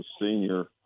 senior